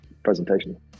presentation